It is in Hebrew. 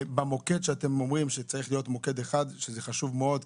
אתם אומרים שצריך להיות מוקד אחד, שזה חשוב מאוד.